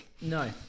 No